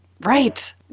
Right